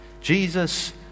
Jesus